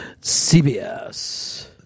CBS